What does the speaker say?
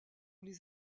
les